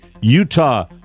Utah